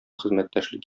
хезмәттәшлек